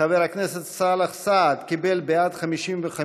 חבר הכנסת סאלח סעד קיבל בעד, 55,